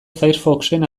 firefoxen